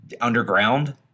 underground